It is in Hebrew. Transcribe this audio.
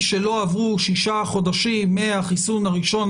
שלא עברו שישה חודשים מהחיסון הראשון,